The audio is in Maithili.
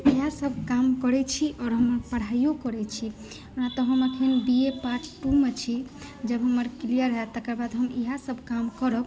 इएह सभ काम करै छी हम आओर हम पढ़ाइयो करै छी ओना तऽ अखन हम बी ए पार्ट टू मे छी जब हमर क्लियर हैत तेकर बाद हम इएह सभ काम करब